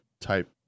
type